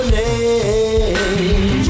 name